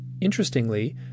Interestingly